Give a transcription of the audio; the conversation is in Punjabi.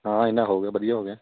ਹਾਂ ਇੰਨਾ ਹੋ ਗਿਆ ਵਧੀਆ ਹੋ ਗਿਆ